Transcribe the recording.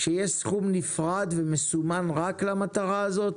שיהיה סכום נפרד ומסומן רק למטרה הזאת?